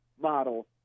model